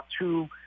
two